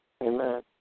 Amen